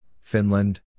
Finland